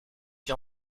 qui